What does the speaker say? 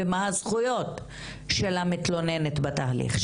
ומה הזכויות של המתלוננת בתהליך.